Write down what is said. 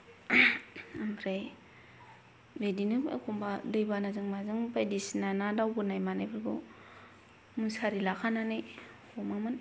ओमफ्राय बिदिनो एखम्बा दैबानाजों माजों बायदिसिना ना दावबोनाय मानायफोरखौ मुसारि लाखानानै हमोमोन